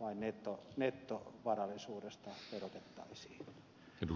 vain nettovarallisuudesta verotettaisiin